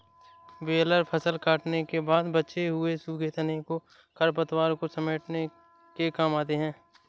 baler फसल कटने के बाद बचे हुए सूखे तनों एवं खरपतवारों को समेटने के काम आते हैं